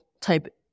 type